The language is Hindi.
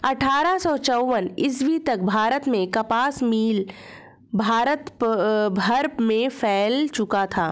अट्ठारह सौ चौवन ईस्वी तक भारत में कपास मिल भारत भर में फैल चुका था